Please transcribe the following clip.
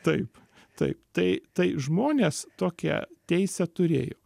taip taip tai tai žmonės tokią teisę turėjo